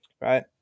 Right